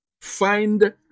Find